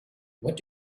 what